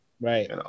right